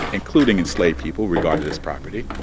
including enslaved people regarded as property,